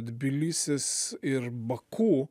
tbilisis ir baku